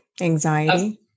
anxiety